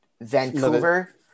Vancouver